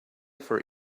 for